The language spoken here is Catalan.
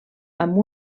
amb